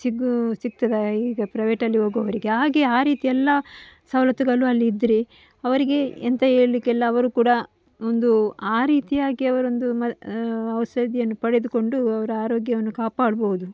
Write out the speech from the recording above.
ಸಿಗುವ ಸಿಗ್ತದೆ ಈಗ ಪ್ರೈವೇಟಲ್ಲಿ ಹೋಗುವವರಿಗೆ ಹಾಗೆ ಆ ರೀತಿಯೆಲ್ಲ ಸವಲತ್ತುಗಳು ಅಲ್ಲಿ ಇದ್ದರೆ ಅವರಿಗೆ ಎಂತ ಹೇಳ್ಲಿಕ್ಕಿಲ್ಲ ಅವರು ಕೂಡ ಒಂದು ಆ ರೀತಿಯಾಗಿ ಅವರೊಂದು ಮ ಔಷಧಿಯನ್ನು ಪಡೆದುಕೊಂಡು ಅವರ ಆರೋಗ್ಯವನ್ನು ಕಾಪಾಡ್ಬೋದು